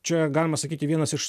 čia galima sakyti vienas iš